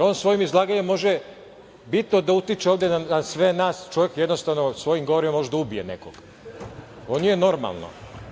On svojim izlaganjem može bitno da utiče ovde na sve nas. Čovek jednostavno svojim govorima može da ubije nekoga. Ovo nije normalno.